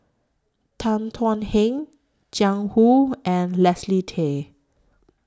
Tan Thuan Heng Jiang Hu and Leslie Tay